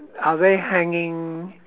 are they hanging